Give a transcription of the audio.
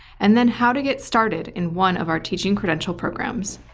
and then how to get started in one of our teaching credential programs.